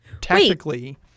tactically